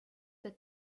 for